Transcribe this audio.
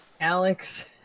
Alex